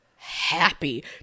happy